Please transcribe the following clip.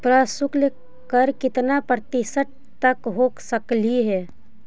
प्रशुल्क कर कितना प्रतिशत तक हो सकलई हे?